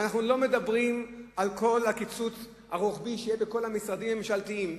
ואנחנו לא מדברים על כל הקיצוץ הרוחבי שיהיה בכל המשרדים הממשלתיים.